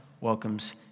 welcomes